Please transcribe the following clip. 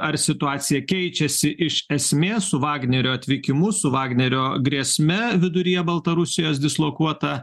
ar situacija keičiasi iš esmės su vagnerio atvykimu su vagnerio grėsme viduryje baltarusijos dislokuota